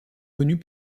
connus